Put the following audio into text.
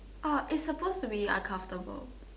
orh is suppose to be uncomfortable